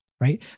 right